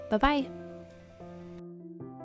Bye-bye